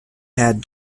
had